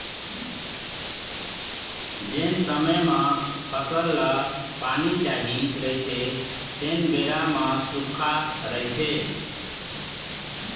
जेन समे म फसल ल पानी चाही रहिथे तेन बेरा म सुक्खा रहिथे